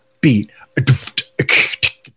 beat